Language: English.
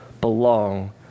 belong